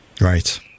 Right